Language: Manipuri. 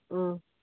ꯎꯝ